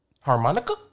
Harmonica